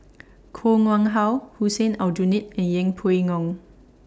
Koh Nguang How Hussein Aljunied and Yeng Pway Ngon